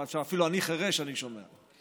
אפילו שאני חירש, אני שומע.